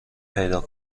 پیدا